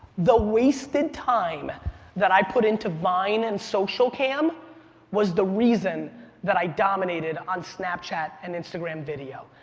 the wasted time that i put into vine and socialcam was the reason that i dominated on snapchat and instagram video.